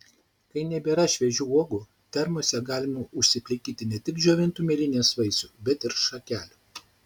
kai nebėra šviežių uogų termose galima užsiplikyti ne tik džiovintų mėlynės vaisių bet ir šakelių